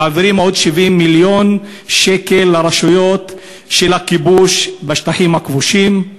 מעבירים עוד 70 מיליון שקל לרשויות של הכיבוש בשטחים הכבושים.